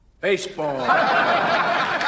Baseball